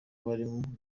barimo